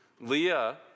Leah